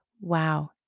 wow